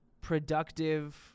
productive